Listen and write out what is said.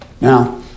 now